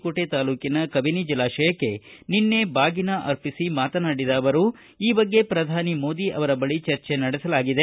ಕೋಟೆ ತಾಲ್ಲೂಕಿನಲ್ಲಿರುವ ಕಬಿನಿ ಜಲಾಶಯಕ್ಕೆ ನಿನ್ನೆ ಬಾಗಿನ ಅರ್ಪಿಸಿ ಮಾತನಾಡಿದ ಅವರು ಈ ಬಗ್ಗೆ ಪ್ರಧಾನಿ ಮೋದಿ ಬಳಿ ಚರ್ಚೆ ನಡೆಸಲಾಗಿದೆ